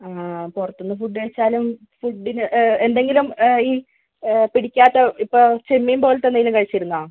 ആ പുറത്തുനിന്ന് ഫുഡ്ഡ് കഴിച്ചാലും ഫുഡ്ഡിന് എ എന്തെങ്കിലും ഈ പിടിക്കാത്ത ഇപ്പോ ചെമ്മീൻ പോലത്തെ എന്തെങ്കിലും കഴിച്ചിരുന്നോ